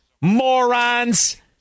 morons